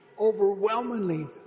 overwhelmingly